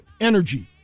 energy